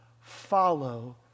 follow